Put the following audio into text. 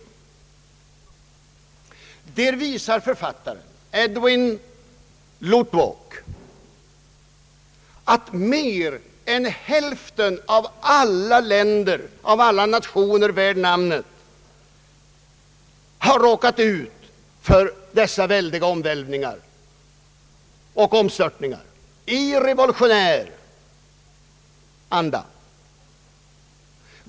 I den visar författaren Edward Luttwak att mer än hälften av alla nationer värda namnet har råkat ut för väldiga omvälvningar och omstörtningar i revolutionär anda.